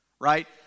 right